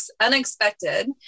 unexpected